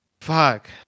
fuck